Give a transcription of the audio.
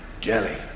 jelly